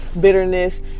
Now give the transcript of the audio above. bitterness